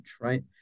Right